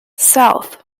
south